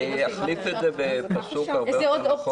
אני אכניס את זה בפסוק הרבה יותר נכון.